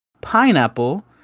pineapple